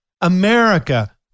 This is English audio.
America